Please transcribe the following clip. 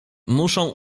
muszą